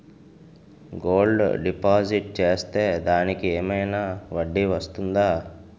Gold deposit చేస్తే దానికి ఏమైనా వడ్డీ వస్తుందా?